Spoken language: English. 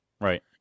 Right